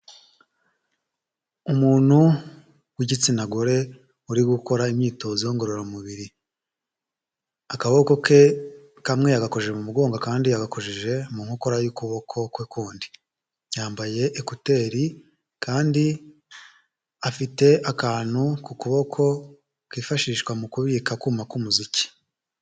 Umuntu w'igitsina gore, uri gukora imyitozo ngororamubiri. Akaboko ke kamwe yagakojeje mu mugongo akandi yagakojeje mu nkokora y'ukuboko kwe kundi. Yambaye ekuteri kandi afite akantu ku kuboko kifashishwa mu kubika akuma k'umuziki.